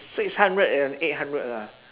six hundred and eight hundred lah